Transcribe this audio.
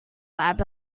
lab